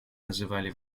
называли